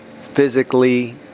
Physically